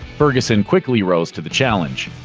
ferguson quickly rose to the challenge.